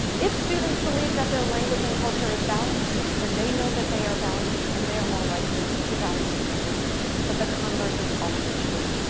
if students believe that their language and culture is valued then they know that they are valued and they are more likely to value school but the converse is also true.